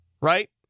right